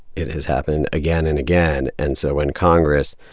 it has happened again and again. and so when congress,